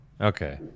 Okay